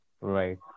Right